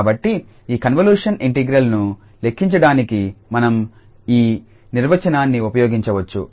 కాబట్టి ఈ convolution integral ను లెక్కించడానికి మనం ఈ నిర్వచనాన్ని ఉపయోగించవచ్చు